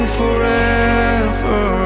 forever